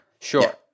Sure